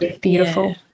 beautiful